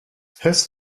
his